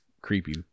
creepy